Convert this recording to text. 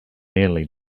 nearly